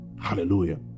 Hallelujah